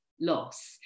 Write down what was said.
loss